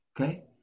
okay